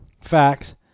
Facts